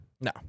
No